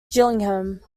gillingham